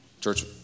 Church